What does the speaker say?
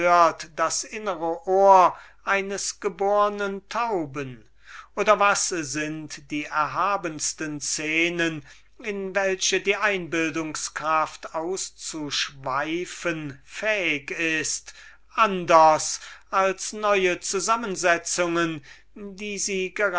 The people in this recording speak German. das innere ohr eines gebornen tauben oder was sind diese szenen in welche die erhabenste einbildungskraft auszuschweifen fähig ist anders als neue zusammensetzungen die sie